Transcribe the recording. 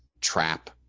trap